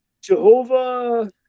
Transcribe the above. Jehovah